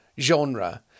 genre